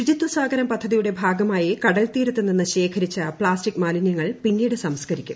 ശുചിത്വസാഗരം പദ്ധതിയുടെ ഭാഗമായി കടൽത്തീരത്ത് നിന്ന് ശേഖരിച്ച പ്ളാസ്റ്റിക്ക് മാലിന്യങ്ങൾ പിന്നീട് സംസ്ക്കരിക്കും